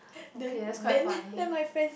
okay that's quite funny